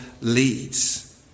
leads